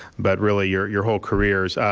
but really, your your whole careers.